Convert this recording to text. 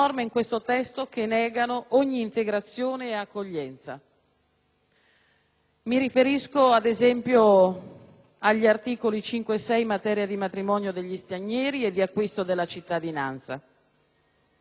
mi riferisco, ad esempio, agli articoli 4 e 5 in materia di matrimonio degli stranieri e di acquisto della cittadinanza. Capisco che si vogliono evitare i matrimoni di comodo